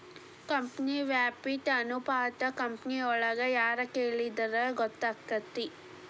ಬಡ್ಡಿ ವ್ಯಾಪ್ತಿ ಅನುಪಾತಾ ಕಂಪನಿಯೊಳಗ್ ಯಾರ್ ಕೆಳಿದ್ರ ಗೊತ್ತಕ್ಕೆತಿ?